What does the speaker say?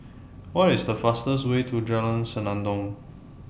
What IS The fastest Way to Jalan Senandong